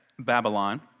Babylon